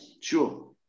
sure